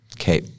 Okay